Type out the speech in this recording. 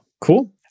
Cool